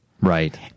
Right